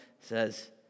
says